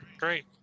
great